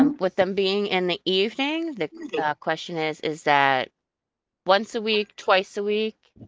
um with them being in the evening. the question is is that once a week, twice a week?